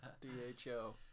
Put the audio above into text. D-H-O